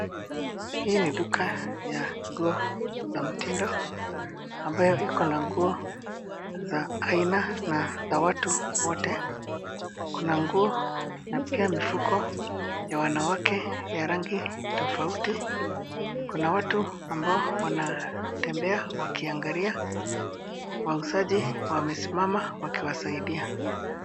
Hii ni duka ya nguo za mtindo ambayo iko na nguo za aina na za watu wote. Kuna nguo na pia mifuko ya wanawake ya rangi tofauti. Kuna watu ambao wanatembea wakiangalia. Wauzaji wamesimama wakiwasaidia.